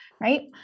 right